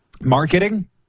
Marketing